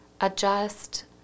adjust